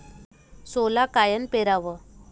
सोला कायनं पेराव?